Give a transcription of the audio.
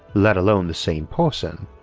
let alone the same person,